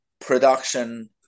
production